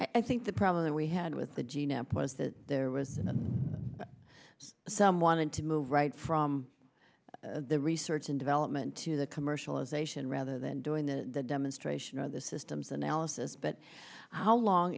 i think the problem that we had with the g nap was that there was some want to move right from the research and development to the commercialization rather than doing the demonstration or the systems analysis but how long